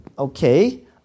Okay